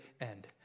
end